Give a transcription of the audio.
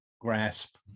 grasp